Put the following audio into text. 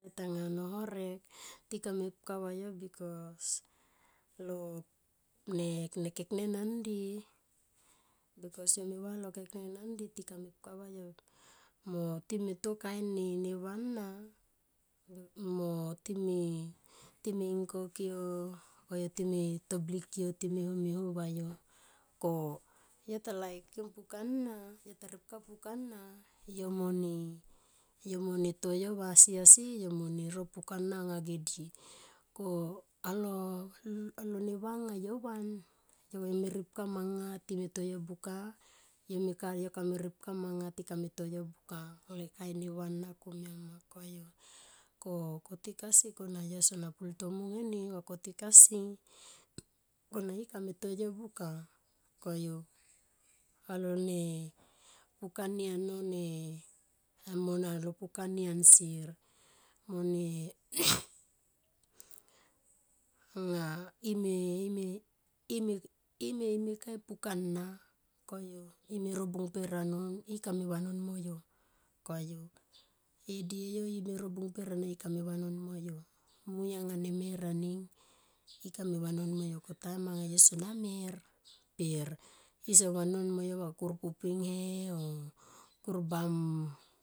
Puk anga no horek tikame pkavayo bikos lo lone keknen andi bikos yome va lo keknen andi tikame pkavayo mo time to kain ne va na mo time, time himkokyo koyu time toblik yo time ho me ho vayo ko yo ta, laikim puk ana ta ripka pukana yomone, yomone to yo va asiasi yo mo ro pukana anga ge di. Ko angalo ne va anga yo van yome ripka manga time to yo buka yo kame ripka manga ti kame to yo buka anga lone kain neva anga komia nama, ko kotik asi kongana yo sona pultomun eni. Kotik asi i kabe me to yo buka koyu alo ne pukani ano ne amo nalpukani ansier mone ime, ime, ime me kai pukani ime ro bung per ikame vanon mo yo koyu. Edie yo ime ro bung per ana i kame vanon mo yo mui anga nemer aning ikame vanon moyo ko taim anga yo sona mer per i son vanon mo yo va kur pupinghe o kur bam.